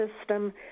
system